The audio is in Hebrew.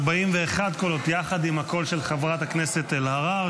41 קולות יחד עם הקול של חברת הכנסת אלהרר,